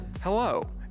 Hello